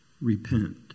repent